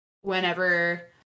whenever